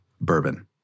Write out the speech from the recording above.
bourbon